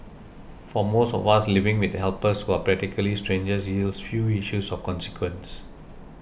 for most of us living with helpers who are practically strangers yields few issues of consequence